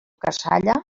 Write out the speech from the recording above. cassalla